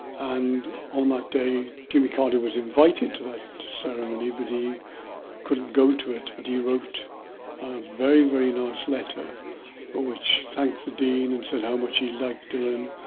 and on that day jimmy carter was invited to that ceremony but he couldn't go to it but he wrote a very, very nice letter which thanked the dean and said how much he liked dylan.